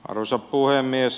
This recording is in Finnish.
arvoisa puhemies